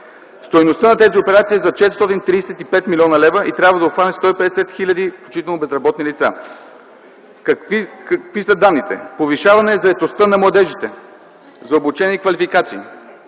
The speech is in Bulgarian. Стойността на тези операции е за 435 млн. лв. и трябва да обхване 150 хиляди включително безработни лица. Какви са данните? Повишаване заетостта на младежите за обучение и квалификация